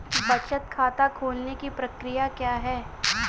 बचत खाता खोलने की प्रक्रिया क्या है?